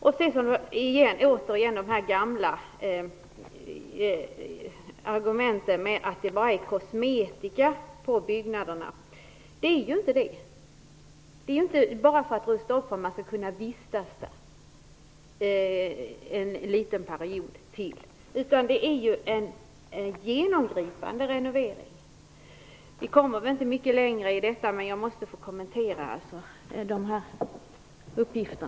Vad återigen gäller de gamla argumenten att det bara är fråga om kosmetika på byggnaderna vill jag säga att det inte är så. Upprustningen sker inte bara för att man skall kunna vistas där under en liten period till, utan det är fråga om en genomgripande renovering. Vi kommer väl inte mycket längre i detta replikskifte, men jag ville ändå kommentera dessa uppgifter.